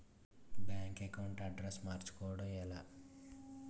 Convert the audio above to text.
Bank account address మార్చుకోవడం ఎలా?